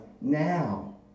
now